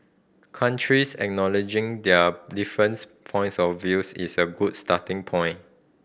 countries acknowledging their different points of view is a good starting point